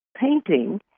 painting